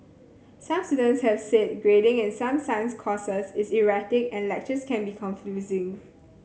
some students have said grading in some science courses is erratic and lectures can be confusing